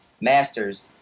Masters